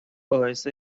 باعث